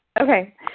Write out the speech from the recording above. Okay